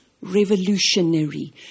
revolutionary